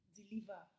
deliver